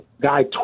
guy